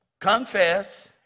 confess